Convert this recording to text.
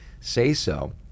say-so